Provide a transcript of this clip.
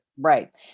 Right